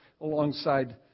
alongside